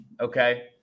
okay